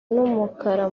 n’umukara